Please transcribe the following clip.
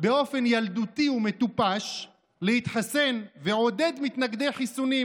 באופן ילדותי ומטופש להתחסן ועודד מתנגדי חיסונים.